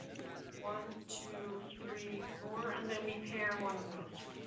one, two, three, four, and then we pair one of those.